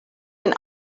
den